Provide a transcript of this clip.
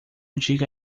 diga